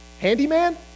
Handyman